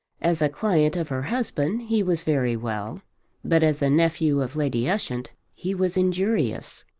as a client of her husband he was very well but as a nephew of lady ushant he was injurious.